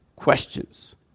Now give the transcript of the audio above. Questions